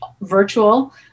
virtual